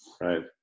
Right